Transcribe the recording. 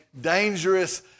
dangerous